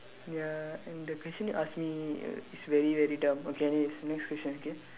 ya and the question you asked me uh is very very dumb okay next next question okay